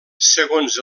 segons